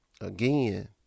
again